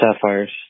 sapphires